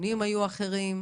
הנתונים היו אחרים,